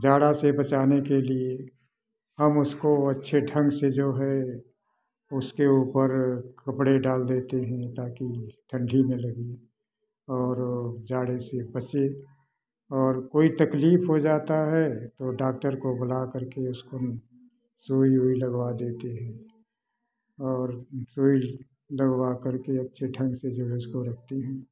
जाड़ा से बचाने के लिए हम उसको अच्छे ढंग से जो है उसके ऊपर कपड़े डाल देते हैं ताकि ठंडी ना लगे और जाड़े से बच्चे और कोई तकलीफ हो जाता है तो डाक्टर को बुला कर के उसको हम सुई वुई लगवा देते हैं और सुई लगवा कर के अच्छे ढंग से जो है उसको रखते हैं